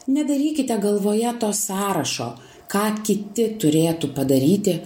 nedarykite galvoje to sąrašo ką kiti turėtų padaryti